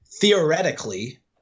theoretically